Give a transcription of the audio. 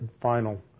final